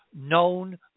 known